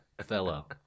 fellow